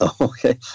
Okay